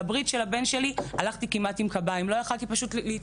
לברית של הבן שלי הלכתי עם קביים כי לא יכולתי להתיישר.